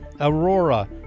Aurora